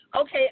Okay